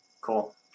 Cool